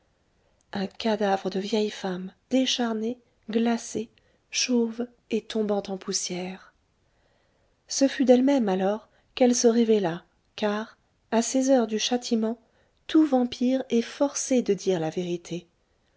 un cadavre de vieille femme décharné glacé chauve et tombant en poussière ce fut d'elle-même alors qu'elle se révéla car à ces heures du châtiment tout vampire est forcé de dire la vérité